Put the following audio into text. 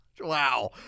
Wow